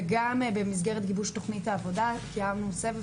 וגם במסגרת גיבוש תכנית העבודה קיימנו סבב